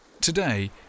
Today